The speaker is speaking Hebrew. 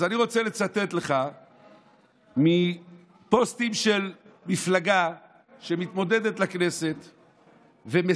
אז אני רוצה לצטט לך מפוסטים של מפלגה שמתמודדת לכנסת ומסיתה,